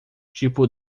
tipo